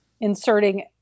inserting